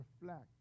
reflect